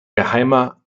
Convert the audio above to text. geheimer